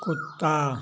कुत्ता